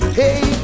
hey